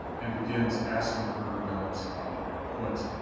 and begins asking her about what